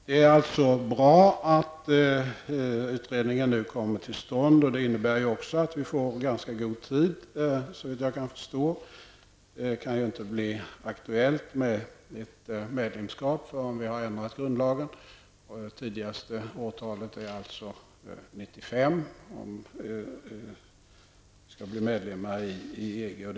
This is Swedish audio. Det är alltså bra att utredningen kommer till stånd. Det innebär också att vi, så vitt jag förstår, får ganska god tid på oss. Det kan ju inte bli aktuellt med ett medlemskap förrän vi har ändrat grundlagen. Det tidigaste årtalet för medlemskap är alltså 1995.